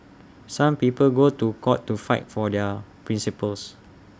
some people go to court to fight for their principles